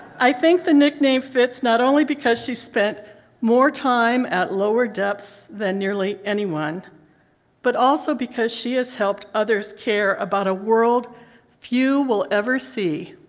i think the nickname fits not only because she spent more time at lower depths than nearly anyone but also because she has helped others care about a world few will ever see.